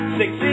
six